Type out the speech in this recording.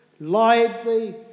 lively